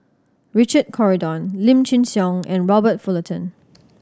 Richard Corridon Lim Chin Siong and Robert Fullerton